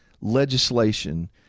legislation